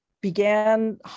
began